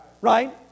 Right